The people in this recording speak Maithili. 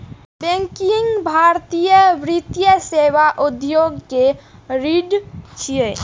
बैंकिंग भारतीय वित्तीय सेवा उद्योग के रीढ़ छियै